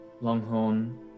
Longhorn